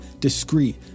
discreet